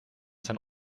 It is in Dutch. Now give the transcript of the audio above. zijn